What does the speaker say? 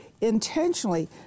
intentionally